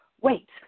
Wait